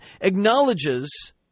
acknowledges